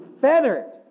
feathered